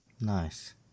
Nice